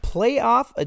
Playoff